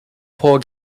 poor